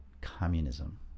communism